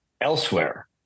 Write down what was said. elsewhere